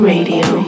Radio